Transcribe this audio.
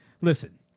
Listen